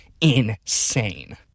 insane